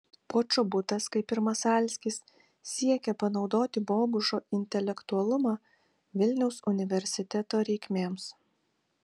počobutas kaip ir masalskis siekė panaudoti bogušo intelektualumą vilniaus universiteto reikmėms